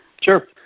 Sure